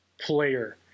player